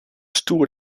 stoer